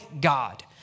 God